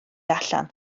allan